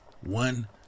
one